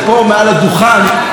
כי הרי זה לא דיון ערכי ביניכם.